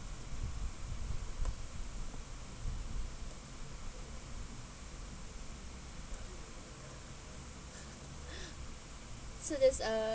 so there's uh